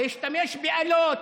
להשתמש באלות,